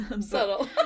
Subtle